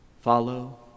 Follow